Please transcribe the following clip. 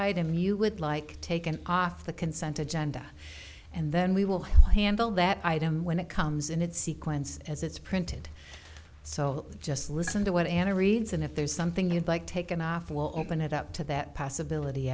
item you would like taken off the consent agenda and then we will handle that item when it comes in its sequence as it's printed so just listen to what anna reads and if there's something you'd like taken off we'll open it up to that possibility